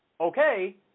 okay